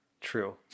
True